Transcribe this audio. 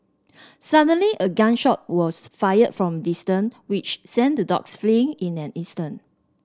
suddenly a gun shot was fired from distance which sent the dogs fleeing in an instant